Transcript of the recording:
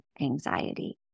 anxiety